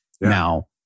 Now